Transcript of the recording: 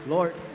Lord